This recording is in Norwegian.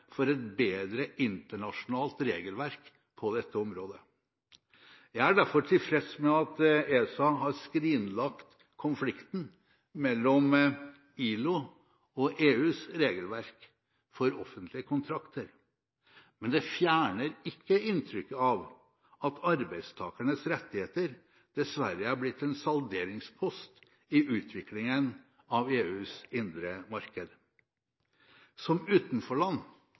for et bedre internasjonalt regelverk på dette området. Jeg er derfor tilfreds med at ESA har skrinlagt konflikten mellom ILO og EUs regelverk for offentlige kontrakter, men det fjerner ikke inntrykket av at arbeidstakernes rettigheter dessverre er blitt en salderingspost i utviklingen av EUs indre marked. Som